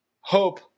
hope